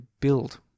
build